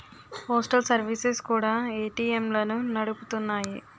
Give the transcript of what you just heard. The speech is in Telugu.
పోస్టల్ సర్వీసెస్ కూడా ఏటీఎంలను నడుపుతున్నాయి